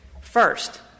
First